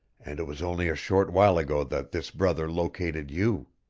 and it was only a short while ago that this brother located you.